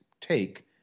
take